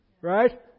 right